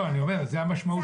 לא היו בנות שם?